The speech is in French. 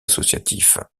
associatif